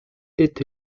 est